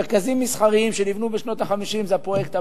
מרכזים מסחריים שנבנו בשנות ה-50 זה הפרויקט הבא.